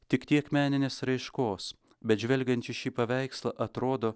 tik tiek meninės raiškos bet žvelgiant į šį paveikslą atrodo